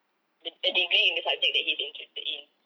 a degree in the subject that he's interested in